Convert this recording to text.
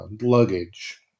Luggage